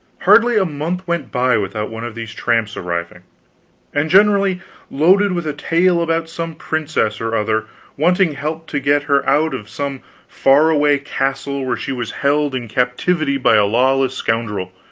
hardly a month went by without one of these tramps arriving and generally loaded with a tale about some princess or other wanting help to get her out of some far-away castle where she was held in captivity by a lawless scoundrel,